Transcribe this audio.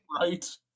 Right